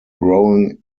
growing